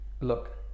look